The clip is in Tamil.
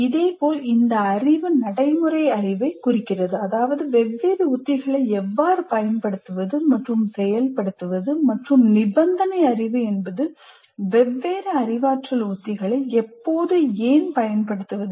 இதேபோல் இந்த அறிவு நடைமுறை அறிவைக் குறிக்கிறது அதாவது வெவ்வேறு உத்திகளை எவ்வாறு பயன்படுத்துவது மற்றும் செயல்படுத்துவது மற்றும் நிபந்தனை அறிவு என்பது வெவ்வேறு அறிவாற்றல் உத்திகளை எப்போது ஏன் பயன்படுத்துவது